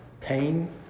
pain